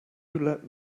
let